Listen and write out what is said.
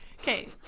okay